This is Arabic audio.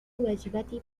واجباتي